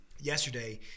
yesterday